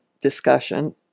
discussion